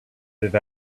live